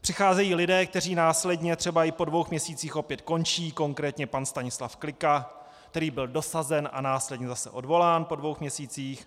Přicházejí lidé, kteří následně, třeba i po dvou měsících, opět končí, konkrétně pan Stanislav Klika, který byl dosazen a následně zase odvolán po dvou měsících.